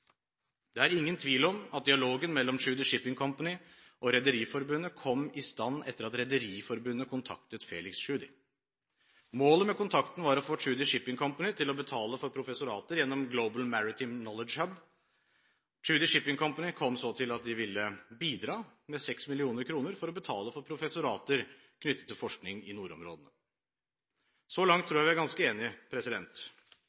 Det er ingen tvil om at dialogen mellom Tschudi Shipping Company og Rederiforbundet kom i stand etter at Rederiforbundet kontaktet Felix Tschudi. Målet med kontakten var å få Tschudi Shipping Company til å betale for professorater gjennom Global Maritime Knowledge Hub. Tschudi Shipping Company kom så til at de ville bidra med 6 mill. kr for å betale for professorater knyttet til forskning i nordområdene. Så langt